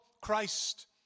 Christ